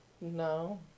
No